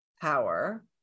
power